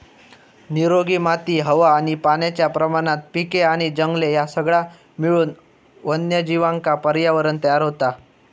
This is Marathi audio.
निरोगी माती हवा आणि पाण्याच्या प्रमाणात पिके आणि जंगले ह्या सगळा मिळून वन्यजीवांका पर्यावरणं तयार होता